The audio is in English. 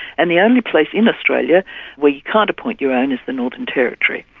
and the only place in australia where you can't appoint your own is the northern territory.